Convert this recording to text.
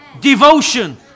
devotion